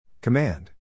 Command